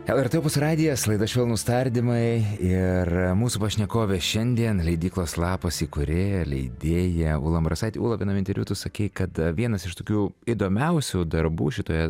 lrt opus radijas laida švelnūs tardymai ir mūsų pašnekovė šiandien leidyklos lapas įkūrėja leidėja ula ambrasaitė ula vienam interviu tu sakei kad vienas iš tokių įdomiausių darbų šitoje